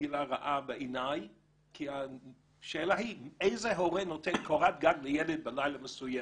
מילה רעה בעיניי כי השאלה היא איזה הורה נותן קורת גג לילד בלילה מסוים.